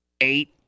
Eight